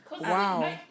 Wow